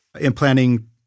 implanting